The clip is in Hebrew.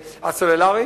הסלולרי,